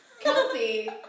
Kelsey